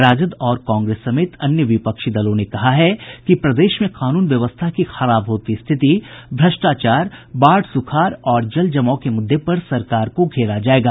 राजद और कांग्रेस समेत अन्य विपक्षी दलों ने कहा है कि प्रदेश में कानून व्यवस्था की खराब होती स्थिति भ्रष्टाचार बाढ़ सुखाड़ और जल जमाव के मुद्दे पर सरकार को घेरा जायेगा